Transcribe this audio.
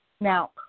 Now